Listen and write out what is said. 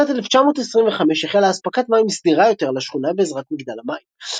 רק בשנת 1925 החלה אספקת מים סדירה יותר לשכונה בעזרת מגדל המים.